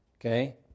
Okay